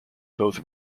both